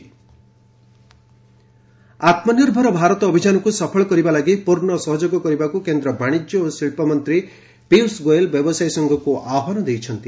ଗୋୟଲ୍ ଆତ୍ମନିର୍ଭର ଭାରତ ଆତ୍ମନିର୍ଭର ଭାରତ ଅଭିଯାନକୁ ସଫଳ କରିବା ଲାଗି ପୂର୍ଣ୍ଣ ସହଯୋଗ କରିବାକୁ କେନ୍ଦ୍ର ବାଣିଜ୍ୟ ଓ ଶିଳ୍ପ ମନ୍ତ୍ରୀ ପିୟୁଷ ଗୋୟଲ୍ ବ୍ୟବସାୟୀ ସଙ୍ଘକୃ ଆହ୍ୱାନ ଦେଇଛନ୍ତି